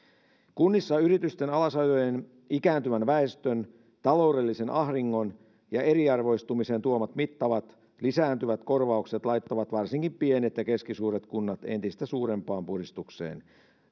kunnissa yritysten alasajojen ikääntyvän väestön taloudellisen ahdingon ja eriarvoistumisen tuomat mittavat lisääntyvät korvaukset laittavat varsinkin pienet ja keskisuuret kunnat entistä suurempaan puristukseen tällä